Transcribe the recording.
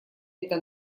это